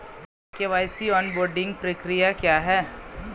KYC onboarding प्रक्रिया क्या है?